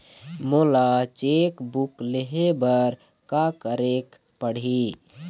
मोला cheque book लेहे बर का केरेक पढ़ही?